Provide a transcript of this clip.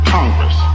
Congress